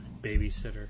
babysitter